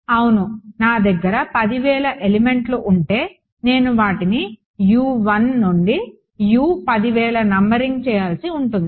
అవును నా దగ్గర 10000 ఎలిమెంట్స్ ఉంటే నేను వాటిని నంబరింగ్ చేయాల్సి ఉంటుంది